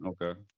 Okay